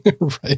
Right